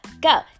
go